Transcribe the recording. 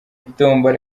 tombola